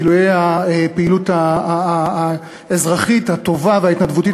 גילויי הפעילות האזרחית הטובה וההתנדבותית,